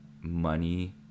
money